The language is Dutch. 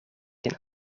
een